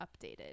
updated